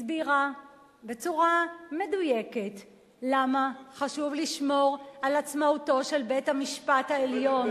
הסבירה בצורה מדויקת למה חשוב לשמור על עצמאותו של בית-המשפט העליון.